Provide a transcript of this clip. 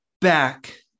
back